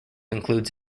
includes